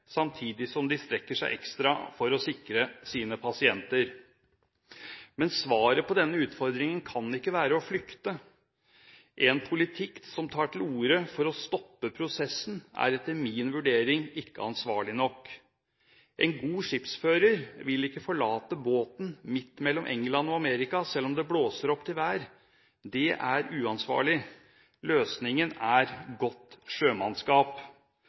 samtidig som de strekker seg ekstra for å sikre sine pasienter. Men svaret på denne utfordringen kan ikke være å flykte. En politikk som tar til orde for å stoppe prosessen, er etter min vurdering ikke ansvarlig nok. En god skipsfører vil ikke forlate båten midt mellom England og Amerika, selv om det blåser opp til uvær. Det er uansvarlig. Løsningen er godt sjømannskap.